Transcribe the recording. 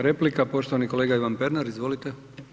Replika, poštovani kolega Ivan Pernar, izvolite.